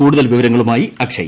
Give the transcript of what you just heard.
കൂടുതൽ വിവരങ്ങളുമായി അക്ഷയ്